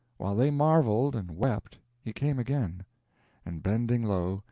while they marveled and wept he came again and bending low,